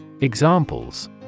Examples